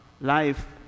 life